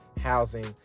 housing